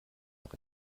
noch